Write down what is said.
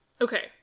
Okay